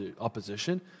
opposition